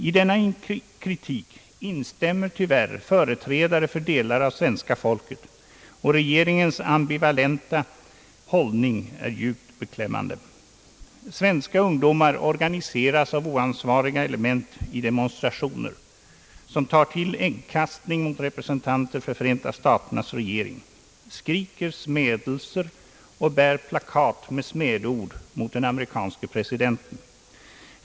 I denna kritik instämmer tyvärr företrädare för delar av svenska folket, och regeringens ambivalenta hållning är djupt beklämmande. Svenska ungdomar organiseras av oansvariga element i demonstrationer, som tar till äggkastning mot representanter för Förenta staternas regering, skriker smädelser och bär plakat med smädeord mot den amerikanske presidenten.